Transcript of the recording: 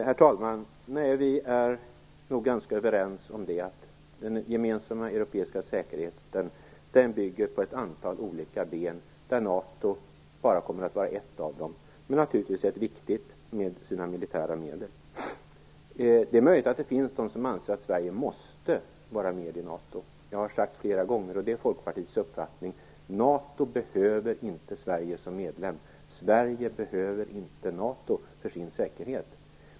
Herr talman! Vi är nog ganska överens om att den gemensamma europeiska säkerheten står på ett antal olika ben. NATO kommer bara att vara ett av dem, men naturligtvis ett viktigt, med sina militära medel. Det är möjligt att det finns de som anser att Sverige måste vara med i NATO. Jag har sagt flera gånger, och det är Folkpartiets uppfattning: NATO behöver inte Sverige som medlem, och Sverige behöver inte NATO för sin säkerhet.